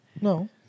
No